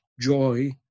joy